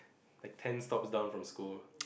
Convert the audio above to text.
like ten stops down from school